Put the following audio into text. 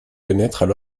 pénètrent